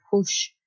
push